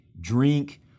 drink